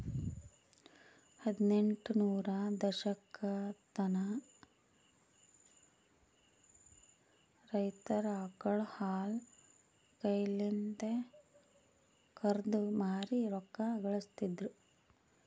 ಹದಿನೆಂಟ ನೂರರ ದಶಕತನ ರೈತರ್ ಆಕಳ್ ಹಾಲ್ ಕೈಲಿಂದೆ ಕರ್ದು ಮಾರಿ ರೊಕ್ಕಾ ಘಳಸ್ತಿದ್ರು